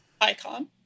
Icon